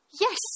Yes